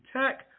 tech